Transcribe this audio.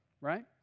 right